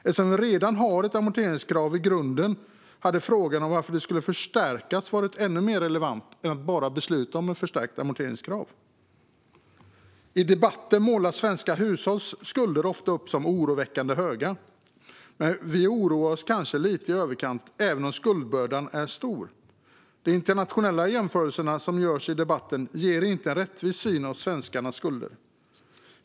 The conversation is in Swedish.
Eftersom vi redan har ett amorteringskrav i grunden hade frågan varför det skulle förstärkas varit mer relevant än att bara besluta om ett förstärkt amorteringskrav. I debatten målas svenska hushålls skulder ofta upp som oroväckande höga. Men vi oroar oss kanske lite i överkant, även om skuldbördan är stor. De internationella jämförelser som görs i debatten ger inte en rättvis syn på svenskarnas skulder.